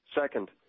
Second